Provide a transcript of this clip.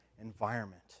environment